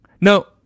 No